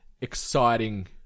exciting